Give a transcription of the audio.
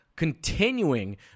continuing